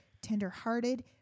tenderhearted